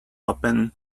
open